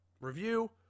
review